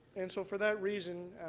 and so for that reason,